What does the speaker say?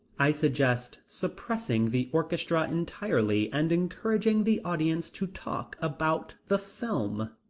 i suggest suppressing the orchestra entirely and encouraging the audience to talk about the film.